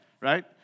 right